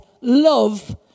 love